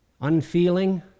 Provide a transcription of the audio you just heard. unfeeling